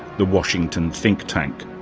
the washington think tank.